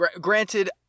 Granted